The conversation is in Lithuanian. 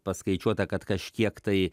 paskaičiuota kad kažkiek tai